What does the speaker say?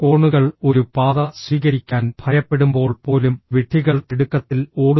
കോണുകൾ ഒരു പാത സ്വീകരിക്കാൻ ഭയപ്പെടുമ്പോൾ പോലും വിഡ്ഢികൾ തിടുക്കത്തിൽ ഓടുന്നു